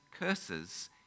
curses